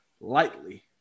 lightly